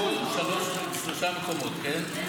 אתה יכול לבחור שלושה מקומות, כן?